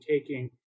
taking